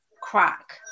crack